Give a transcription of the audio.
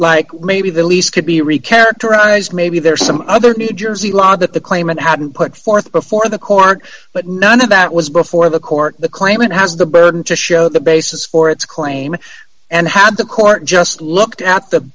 like maybe the lease could be re characterized maybe there some other new jersey law that the claimant hadn't put forth before the court but none of that was before the court the claimant has the burden to show the basis for its claim and how the court just looked at the